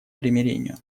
примирению